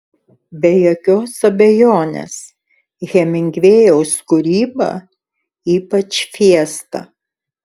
be jokios abejonės hemingvėjaus kūryba ypač fiesta